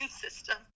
system